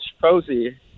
Posey